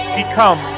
become